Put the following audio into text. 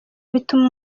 bituma